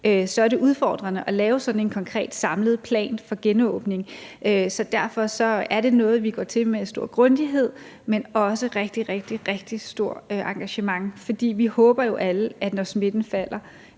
er det udfordrende at lave sådan en konkret samlet plan for genåbningen, så derfor er det noget, vi går til med stor grundighed, men også med rigtig, rigtig stort engagement. For vi håber jo alle, når smitten falder